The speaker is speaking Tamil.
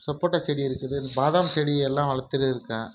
சப்போட்டா செடி இருக்குது பாதாம் செடி எல்லாம் வளர்த்துட்டு இருக்கேன்